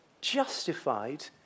justified